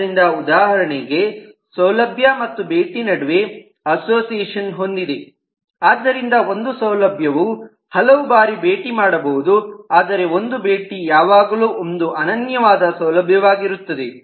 ಆದ್ದರಿಂದ ಉದಾಹರಣೆಗೆ ಸೌಲಭ್ಯ ಮತ್ತು ಭೇಟಿ ನಡುವೆ ಅಸೋಸಿಯೇಷನ್ ಹೊಂದಿದೆ ಆದ್ದರಿಂದ ಒಂದು ಸೌಲಭ್ಯವವು ಹಲವು ಬಾರಿ ಭೇಟಿ ಮಾಡಬಹುದು ಆದರೆ ಒಂದು ಭೇಟಿ ಯಾವಾಗಲೂ ಒಂದು ಅನನ್ಯವಾದ ಸೌಲಭ್ಯವಾಗಿರುತ್ತದೆ